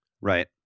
right